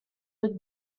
good